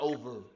Over